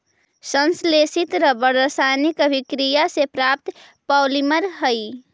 संश्लेषित रबर रासायनिक अभिक्रिया से प्राप्त पॉलिमर हइ